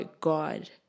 God